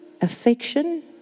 affection